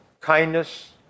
Kindness